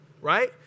right